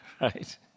Right